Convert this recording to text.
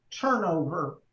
turnover